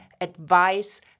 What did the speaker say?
advice